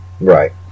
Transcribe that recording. Right